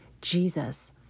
Jesus